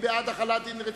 מי בעד החלת דין רציפות?